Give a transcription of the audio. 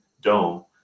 dome